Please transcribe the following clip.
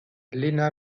lena